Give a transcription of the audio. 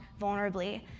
vulnerably